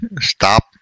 Stop